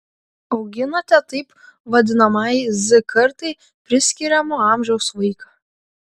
auginate taip vadinamajai z kartai priskiriamo amžiaus vaiką